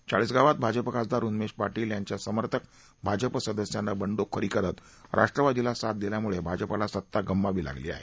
चाळिसगावात भाजपा खासदार उन्मेश पाटील यांच्या समर्थक भाजपा सदस्यान बंडखोरी करत राष्ट्रवादीला साथ दिल्यामुळे भाजपाला सत्ता गमवावी लागली आहे